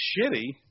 shitty